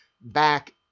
back